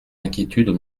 inquiétudes